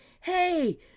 hey